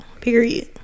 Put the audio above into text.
Period